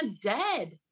dead